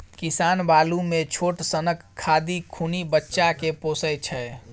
किसान बालु मे छोट सनक खाधि खुनि बच्चा केँ पोसय छै